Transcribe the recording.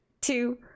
two